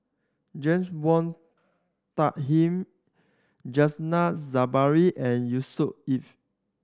James Wong Tuck Him Zainal Sapari and Yusnor Ef